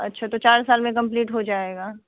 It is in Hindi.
अच्छा तो चार साल में कंप्लीट हो जाएगा